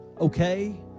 okay